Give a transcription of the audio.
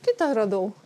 kitą radau